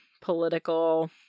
political